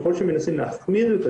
ככל שמנסים להחמיר יותר,